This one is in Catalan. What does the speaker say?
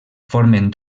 formen